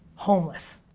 homeless.